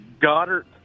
Goddard